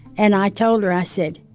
and i told her. i said,